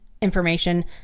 information